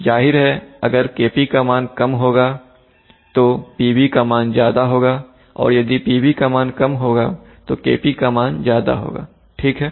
जाहिर है अगर Kp का मान कम होगा तो PB का मान ज्यादा होगा और यदि PB का मान कम होगा तो Kp का मान ज्यादा होगा ठीक है